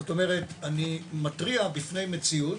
זאת אומרת, אני מתריע בפני מציאות